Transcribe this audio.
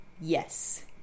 yes